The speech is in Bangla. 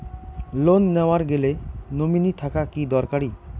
লোন নেওয়ার গেলে নমীনি থাকা কি দরকারী?